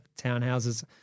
townhouses